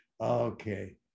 Okay